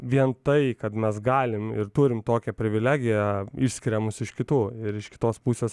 vien tai kad mes galim ir turim tokią privilegiją išskiria mus iš kitų ir iš kitos pusės